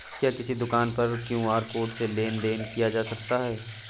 क्या किसी दुकान पर क्यू.आर कोड से लेन देन देन किया जा सकता है?